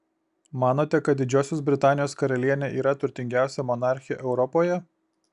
manote kad didžiosios britanijos karalienė yra turtingiausia monarchė europoje